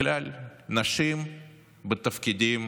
נשים בתפקידים